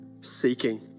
Seeking